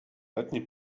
letni